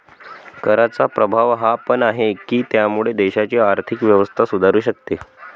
कराचा प्रभाव हा पण आहे, की त्यामुळे देशाची आर्थिक व्यवस्था सुधारू शकते